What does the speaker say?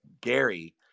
Gary